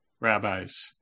rabbis